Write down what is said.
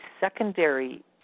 secondary